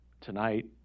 tonight